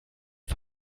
ein